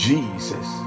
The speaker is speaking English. Jesus